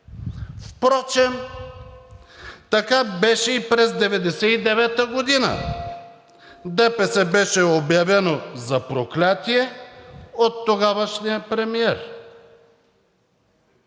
Впрочем така беше и през 1999 г. – ДПС беше обявена за проклятие от тогавашния премиер.